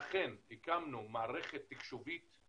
אכן הקמנו מערכת תקשובית.